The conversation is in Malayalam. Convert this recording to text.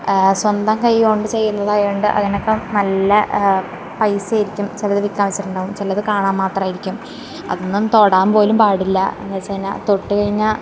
സ്വന്തം കൈകൊണ്ട് ചെയ്യുന്നതായത് കൊണ്ട് അതിനൊക്കെ നല്ല പൈസ ആയിരിക്കും ചിലത് വിൽക്കാൻ വെച്ചിട്ട് ഉണ്ടാകും ചിലത് കാണാൻ മാത്രമായിരിക്കും അതൊന്നും തൊടാൻ പോലും പാടില്ല എന്ന് വെച്ച് കഴിഞ്ഞാൽ തൊട്ടു കഴിഞ്ഞാൽ